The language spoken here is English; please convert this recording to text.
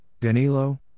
Danilo